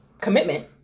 commitment